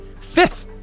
fifth